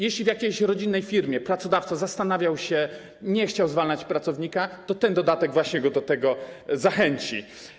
Jeśli w jakiejś rodzinnej firmie pracodawca zastanawiał się, nie chciał zwalniać pracownika, to ten dodatek właśnie go do tego zachęci.